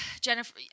Jennifer